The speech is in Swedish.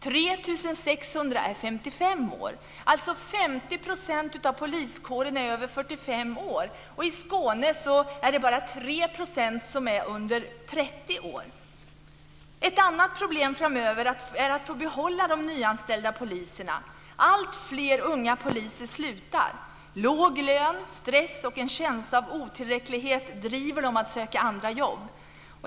3 600 Skåne är bara 3 % under 30 år. Ett annat problem framöver är att få behålla de nyanställda poliserna. Alltfler unga poliser slutar. Låg lön, stress och en känsla av otillräcklighet driver dem att söka andra jobb.